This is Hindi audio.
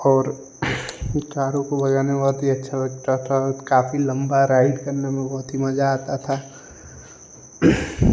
और कारों को भगाना बहुत ही अच्छा लगता था और काफ़ी लम्बी राइड करने में बहुत ही मज़ा आता था